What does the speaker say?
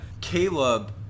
Caleb